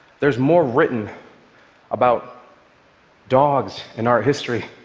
there's more written about dogs in art history